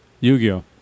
Yu-Gi-Oh